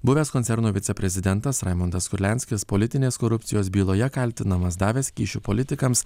buvęs koncerno viceprezidentas raimundas kurlianskis politinės korupcijos byloje kaltinamas davęs kyšių politikams